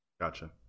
Gotcha